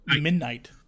midnight